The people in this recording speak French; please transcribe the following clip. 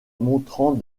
montrant